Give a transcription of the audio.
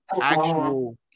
actual